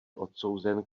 odsouzen